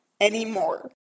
anymore